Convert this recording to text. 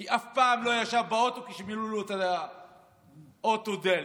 כי אף פעם לא ישב באוטו כשמילאו לו את האוטו בדלק,